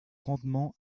rendement